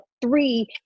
three